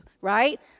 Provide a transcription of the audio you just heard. right